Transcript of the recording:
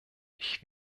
ich